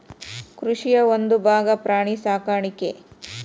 ಕೃಷಿಯ ಒಂದುಭಾಗಾ ಪ್ರಾಣಿ ಸಾಕಾಣಿಕೆ